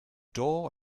door